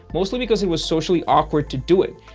mostly because it was socially awkward to do it,